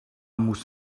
muss